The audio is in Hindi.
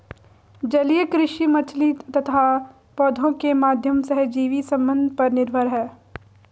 जलीय कृषि मछली तथा पौधों के माध्यम सहजीवी संबंध पर निर्भर है